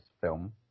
film